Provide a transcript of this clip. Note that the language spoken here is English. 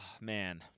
Man